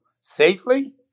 safely